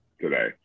today